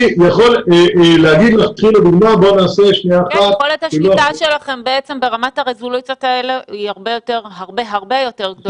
יכולת השליטה שלכם ברמת הרזולוציות האלה היא הרבה יותר גדולה.